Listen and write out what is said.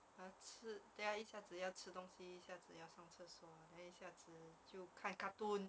ah 吃等一下子要吃东西一下子要上厕所一下子就看 cartoon